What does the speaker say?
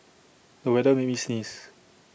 the weather made me sneeze